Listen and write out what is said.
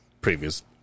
previous